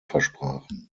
versprachen